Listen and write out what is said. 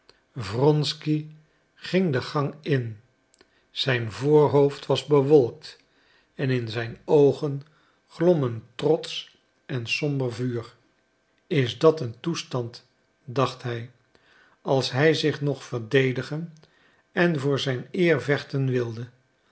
wronsky ging den gang in zijn voorhoofd was bewolkt en in zijn oogen glom een trotsch en somber vuur is dat een toestand dacht hij als hij zich nog verdedigen en voor zijn eer vechten wilde